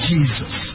Jesus